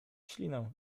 ślinę